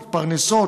מתפרנסות,